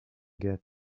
get